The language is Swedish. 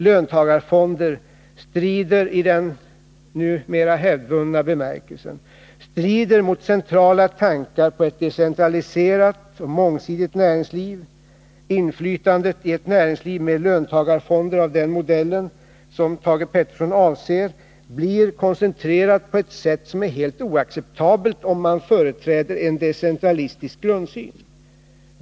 ”Löntagarfonder” i den numera hävdvunna bemärkelsen strider mot centrala tankar på ett decentraliserat och mångsidigt näringsliv. Inflytandet i ett näringsliv med ”löntagarfonder” av den modell som Thage Peterson avser blir koncentrerat på ett sätt som är helt oacceptabelt, om man företräder en decentralistisk grundsyn.